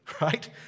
right